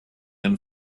and